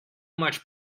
much